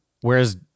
Whereas